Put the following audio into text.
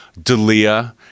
Dalia